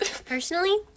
Personally